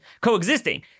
coexisting